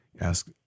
ask